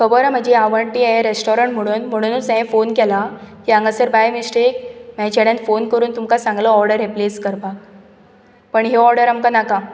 खबर हा म्हजी हे आवडटी हें रेस्टोरंट म्हणून म्हणुनूच हांये फोन केला की हांगासर बाय मिस्टेक म्हाया चेड्यान फोन करून तुमकां सांगलो हे ऑर्डर प्लेस करपाक पण ही ऑर्डर आमकां नाका